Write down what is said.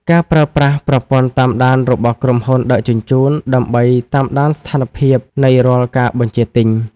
ការប្រើប្រាស់ប្រព័ន្ធតាមដានរបស់ក្រុមហ៊ុនដឹកជញ្ជូន ដើម្បីតាមដានស្ថានភាពនៃរាល់ការបញ្ជាទិញ។